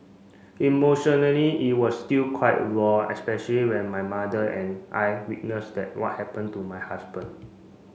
emotionally it was still quite raw especially when my mother and I witnessed that what happened to my husband